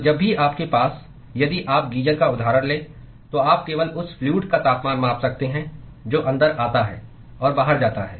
तो जब भी आपके पास यदि आप गीजर का उदाहरण लें तो आप केवल उस फ्लूअड का तापमान माप सकते हैं जो अंदर आता है और बाहर जाता है